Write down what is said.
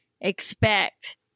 expect